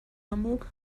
hamburg